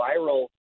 viral